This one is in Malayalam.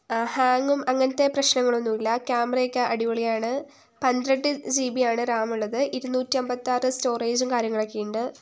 ഹാങ്ങും അങ്ങനത്തെ പ്രശ്നങ്ങളൊന്നുമില്ല കേമറയൊക്കെ അടിപൊളിയാണ് പന്ത്രണ്ട് ജി ബിയാണ് റാം ഉള്ളത് ഇരുന്നൂറ്റിയമ്പത്താറ് സ്റ്റോറേജും കാര്യങ്ങളും ഒക്കെയുണ്ട്